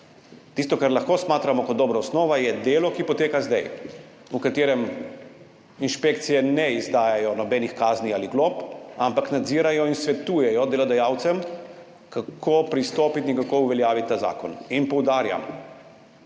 Tisto, kar lahko smatramo kot dobra osnova, je delo, ki poteka zdaj, v katerem inšpekcije ne izdajajo nobenih kazni ali glob, ampak nadzirajo in svetujejo delodajalcem, kako pristopiti in kako uveljaviti ta zakon. In poudarjam,